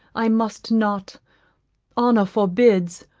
i must not honour forbids.